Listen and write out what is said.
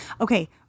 Okay